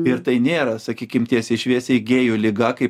ir tai nėra sakykim tiesiai šviesiai gėjų liga kaip